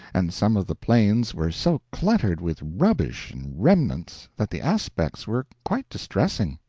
and some of the plains were so cluttered with rubbish and remnants that the aspects were quite distressing.